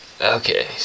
Okay